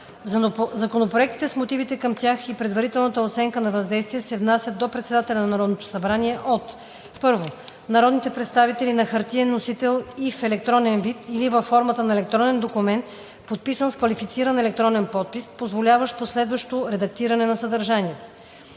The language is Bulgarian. Законопроектите с мотивите към тях и предварителната оценка на въздействието се внасят до председателя на Народното събрание от: 1. народните представители на хартиен носител и в електронен вид или във формата на електронен документ, подписан с квалифициран електронен подпис, позволяващ последващо редактиране на съдържанието;